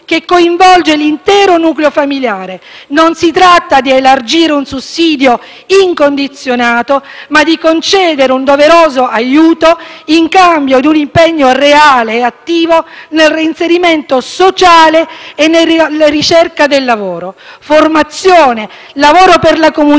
che coinvolge l'intero nucleo familiare. Non si tratta di elargire un sussidio incondizionato, ma di concedere un doveroso aiuto in cambio di un impegno reale e attivo nel reinserimento sociale e nella ricerca del lavoro. Formazione, lavoro per la comunità,